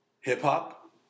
Hip-hop